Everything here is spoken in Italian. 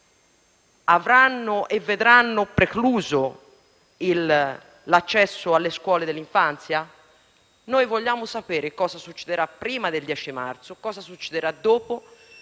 vedranno precluso l'accesso alle scuole dell'infanzia? Noi vogliamo sapere cosa succederà prima del 10 marzo, cosa succederà dopo,